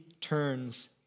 turns